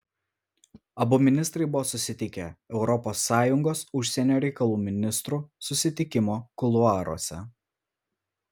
abu ministrai buvo susitikę europos sąjungos užsienio reikalų ministrų susitikimo kuluaruose